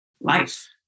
life